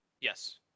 yes